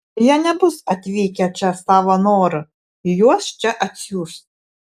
jie nebus atvykę čia savo noru juos čia atsiųs